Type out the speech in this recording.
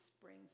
spring